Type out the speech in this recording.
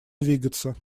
двигаться